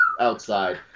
outside